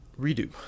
Redo